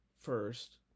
first